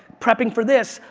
prepping for this,